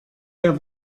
der